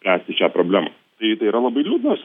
spręsti šią problemą tai tai yra labai liūdnos